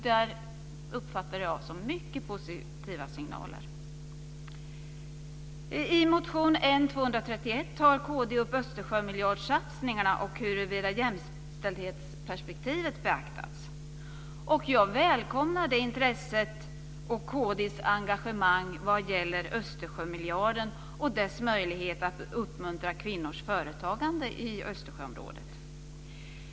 Där uppfattade jag mycket positiva signaler. I motion N231 tar kd upp Östersjömiljardssatsningarna och huruvida jämställdhetsperspektivet har beaktats. Jag välkomnar detta intresse och kd:s engagemang vad gäller Östersjömiljarden och dess möjlighet att uppmuntra kvinnors företagande i Östersjöområdet.